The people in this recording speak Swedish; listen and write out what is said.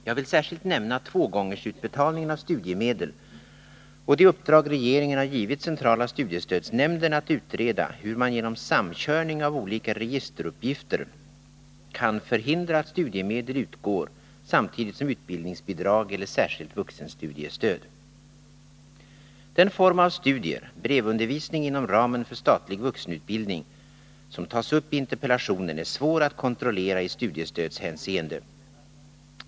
Jag vill särskilt nämna tvågångersutbetalningen av studiemedel och det uppdrag regeringen har givit centrala studiestödsnämnden att utreda hur man genom samkörning av olika registeruppgifter kan förhindra att studiemedel utgår samtidigt som utbildningsbidrag eller särskilt vuxenstudiestöd. Den form av studier — brevundervisning inom ramen för statlig vuxenutbildning — som tas upp i interpellationen är svår att kontrollera i studiestödshänseende.